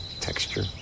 texture